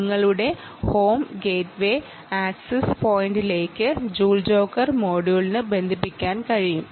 നിങ്ങളുടെ home gateway access പോയിന്റിലേക്ക് Joule Jotter മൊഡ്യൂളിനെ ബന്ധിപ്പിക്കാൻ കഴിയും